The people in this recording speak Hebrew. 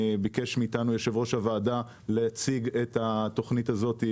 יושב ראש הוועדה ביקש מאיתנו להציג את התוכנית הזאת,